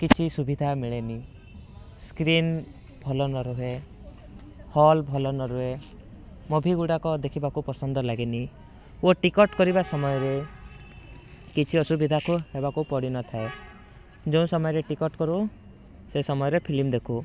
କିଛି ସୁବିଧା ମିଳେନି ସ୍କ୍ରିନ୍ ଭଲ ନ ରୁହେ ହଲ ଭଲ ନ ରୁହେ ମୁଭି ଗୁଡ଼ାକ ଦେଖିବାକୁ ପସନ୍ଦ ଲାଗେନି ଓ ଟିକେଟ୍ କରିବା ସମୟରେ କିଛି ଅସୁବିଧାକୁ ହେବାକୁ ପଡ଼ି ନ ଥାଏ ଯେଉଁ ସମୟରେ ଟିକେଟ୍ କରୁ ସେ ସମୟରେ ଫିଲ୍ମ ଦେଖୁ